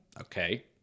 Okay